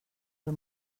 del